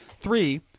three